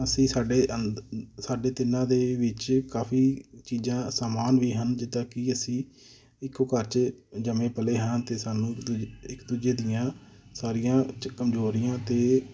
ਅਸੀਂ ਸਾਡੇ ਅੰਦ ਸਾਡੇ ਤਿੰਨਾਂ ਦੇ ਵਿੱਚ ਕਾਫੀ ਚੀਜ਼ਾਂ ਸਮਾਨ ਵੀ ਹਨ ਜਿੱਦਾਂ ਕਿ ਅਸੀਂ ਇੱਕੋ ਘਰ 'ਚ ਜੰਮੇ ਪਲੇ ਹਾਂ ਅਤੇ ਸਾਨੂੰ ਇਕ ਦੁਜ ਇੱਕ ਦੂਜੇ ਦੀਆਂ ਸਾਰੀਆਂ ਕਮਜ਼ੋਰੀਆਂ ਅਤੇ